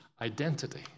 identity